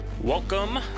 Welcome